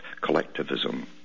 collectivism